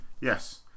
yes